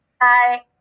Hi